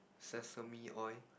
sesame oil